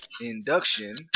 induction